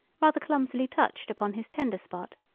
rather clumsily touched upon his tender spot.